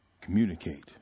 communicate